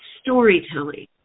storytelling